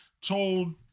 told